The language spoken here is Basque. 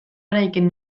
eraikin